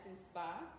Spa